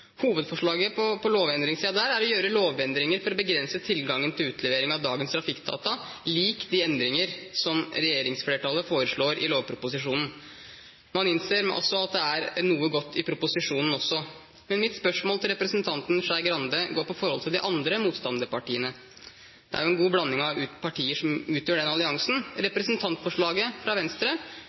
Hovedforslaget på lovendringssiden der er å gjøre lovendringer for å begrense tilgangen til utlevering av dagens trafikkdata, lik de endringer som regjeringsflertallet foreslår i lovproposisjonen. Man innser altså at det er noe godt i proposisjonen også. Men mitt spørsmål til representanten Skei Grande går på forholdet til de andre motstanderpartiene. Det er jo en god blanding av partier som utgjør den alliansen. Representantforslaget fra Venstre